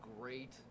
great